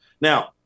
Now